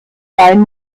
sein